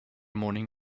morning